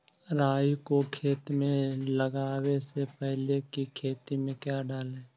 राई को खेत मे लगाबे से पहले कि खेत मे क्या डाले?